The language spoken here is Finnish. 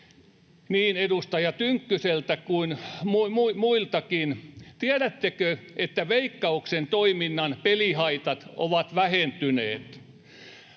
niin edustaja Tynkkyseltä kuin muiltakin: Tiedättekö, että Veikkauksen toiminnan pelihaitat ovat vähentyneet?